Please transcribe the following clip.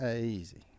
Easy